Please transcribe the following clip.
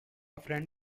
friend